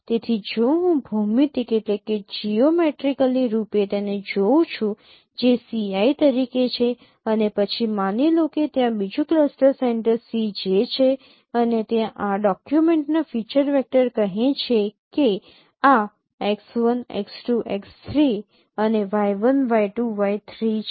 તેથી જો હું ભૌમિતિક રૂપે તેને જોઉં છું જે Ci તરીકે છે અને પછી માની લો કે ત્યાં બીજું ક્લસ્ટર સેન્ટર Cj છે અને ત્યાં આ ડોકયુમેન્ટનાં ફીચર વેક્ટર કહે છે કે આ x1 x2 x3 અને y1 y2 y3 છે